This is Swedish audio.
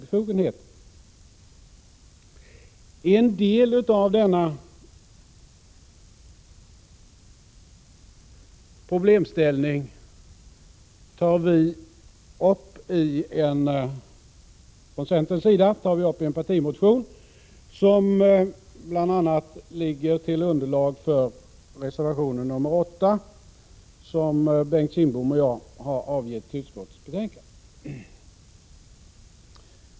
En del av denna problemställning tar vi från centerns sida upp i en partimotion som bl.a. ligger som underlag för reservation 8 i utskottsbetänkandet, vilken Bengt Kindbom och jag har avgett.